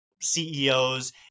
CEOs